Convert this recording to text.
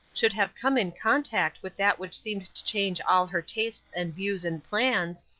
should have come in contact with that which seemed to change all her tastes and views and plans,